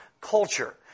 culture